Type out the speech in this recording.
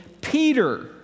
Peter